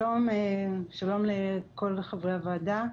שלום לכל חברי הוועדה.